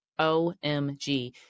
OMG